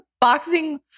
boxing